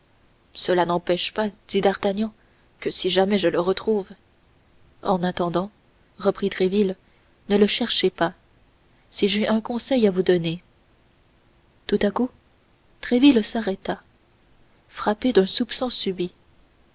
cela n'empêche pas dit d'artagnan que si jamais je le retrouve en attendant reprit tréville ne le cherchez pas si j'ai un conseil à vous donner tout à coup tréville s'arrêta frappé d'un soupçon subit